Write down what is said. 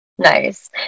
Nice